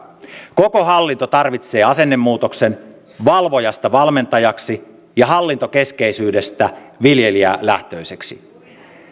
koko hallinto tarvitsee asennemuutoksen valvojasta valmentajaksi ja hallintokeskeisyydestä viljelijälähtöiseksi